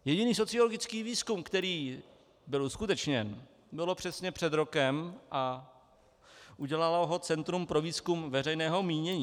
Jediný sociologický výzkum, který byl uskutečněn, byl přesně před rokem a udělalo ho Centrum pro výzkum veřejného mínění.